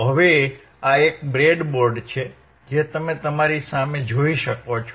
તો હવે આ એક બ્રેડબોર્ડ છે જે તમે તમારી સામે જોઈ શકો છો